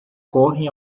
correm